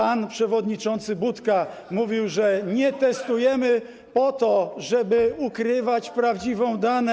Pan przewodniczący Budka mówił, że nie testujemy po to, żeby ukrywać prawdziwe dane.